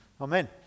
Amen